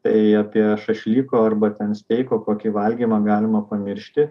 tai apie šašlyko arba ten steiko kokį valgymą galima pamiršti